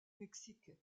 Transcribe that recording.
mexique